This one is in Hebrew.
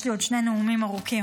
יש לי עוד שני נאומים ארוכים,